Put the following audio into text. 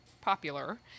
popular